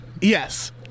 Yes